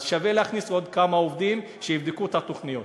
אז שווה להכניס עוד כמה עובדים שיבדקו את התוכניות.